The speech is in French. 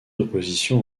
oppositions